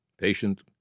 Patient